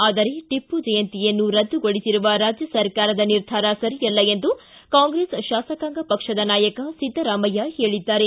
ಆದರೆ ಟಿಮ್ನ ಜಯಂತಿಯನ್ನು ರದ್ದುಗೊಳಿಸಿರುವ ರಾಜ್ಯ ಸರ್ಕಾರದ ನಿರ್ಧಾರ ಸರಿಯಲ್ಲ ಎಂದು ಕಾಂಗ್ರೆಸ್ ಶಾಸಕಾಂಗ ಪಕ್ಷದ ನಾಯಕ ಸಿದ್ದರಾಮಯ್ಯ ಹೇಳಿದ್ದಾರೆ